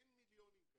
אין מיליונים כאלה.